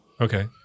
Okay